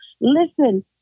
listen